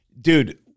dude